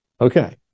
Okay